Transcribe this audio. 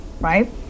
right